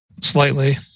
slightly